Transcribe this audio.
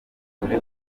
dore